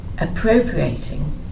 appropriating